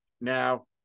Now